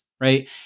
right